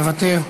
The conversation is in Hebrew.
מוותר,